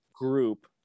group